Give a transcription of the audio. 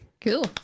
cool